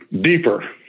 deeper